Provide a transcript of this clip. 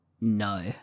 no